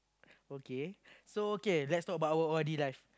okay so okay let's talk about our O_R_D life